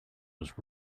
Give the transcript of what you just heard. was